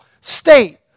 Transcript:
state